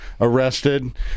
arrested